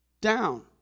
down